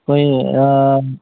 ꯑꯩꯈꯣꯏ